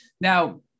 Now